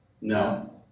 No